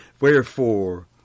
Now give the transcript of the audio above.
Wherefore